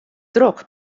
drok